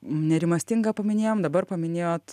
nerimastingą paminėjom dabar paminėjot